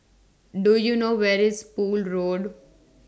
Do YOU know Where IS Poole Road